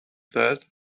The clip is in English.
that